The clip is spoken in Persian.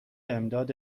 امداد